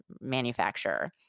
manufacturer